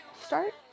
Start